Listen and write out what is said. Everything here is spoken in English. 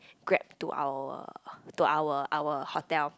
Grab to our to our our hotel